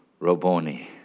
Roboni